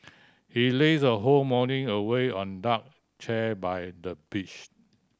she lazed her whole morning away on deck chair by the beach